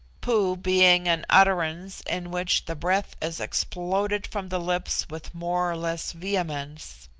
poo being an utterance in which the breath is exploded from the lips with more or less vehemence.